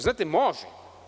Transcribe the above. Znate, može.